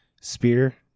spear